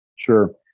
Sure